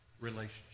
Relationship